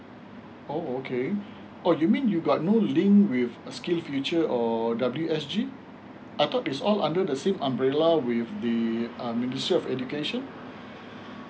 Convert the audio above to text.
oh okay oh you mean you got no link with err skillsfuture or W_S_G I thought is all under the same umbrella with the ministry of education